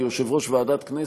כיושב-ראש ועדת כנסת,